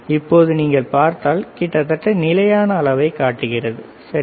இப்போது நீங்கள் பார்த்தால் கிட்டத்தட்ட நிலையான அளவை காட்டுகிறது சரி